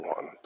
One